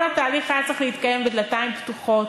כל התהליך היה צריך להתקיים בדלתיים פתוחות,